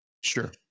sure